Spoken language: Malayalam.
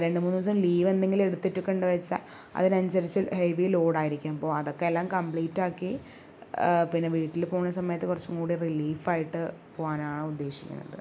രണ്ട് മൂന്ന് ദിവസം ലീവ് എന്തെങ്കിലും എടുത്തിട്ട് ഒക്കെ ഉണ്ട് വെച്ചാൽ അതിന് അനുസരിച്ച് ഹെവി ലോഡ് ആയിരിക്കും അപ്പോൾ അതൊക്കെ എല്ലാം കമ്പ്ലീറ്റ് ആക്കി പിന്നെ വീട്ടിൽ പോകുന്ന സമയത്ത് കുറച്ചും കൂടി റിലീഫ് ആയിട്ട് പോകാനാണ് ഉദ്ദേശിക്കുന്നത്